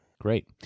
Great